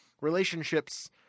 relationships